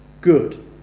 good